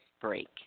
break